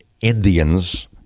Indians